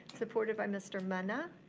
supported by mr. mena.